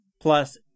plus